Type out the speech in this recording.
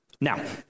Now